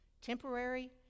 Temporary